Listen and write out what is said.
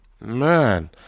man